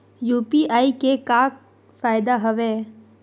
UPI के का फ़ायदा हवय?